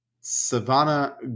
Savannah